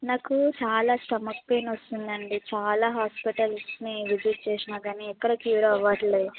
నాకు చాలా stomach pain వస్తుంది అండి చాలా హాస్పిటల్స్ని విజిట్ చేసినా కానీ ఎక్కడ క్యూర్ అవ్వట్లేదు